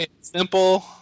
Simple